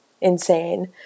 insane